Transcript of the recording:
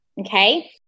okay